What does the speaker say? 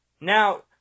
Now